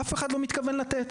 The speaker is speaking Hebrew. אף אחד לא מתכוון לתת.